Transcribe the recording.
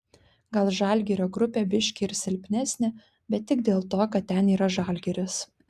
gal žalgirio grupė biški ir silpnesnė bet tik dėl to kad ten yra žalgiris